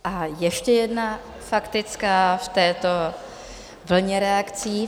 A ještě jedna faktická v této vlně reakcí.